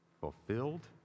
fulfilled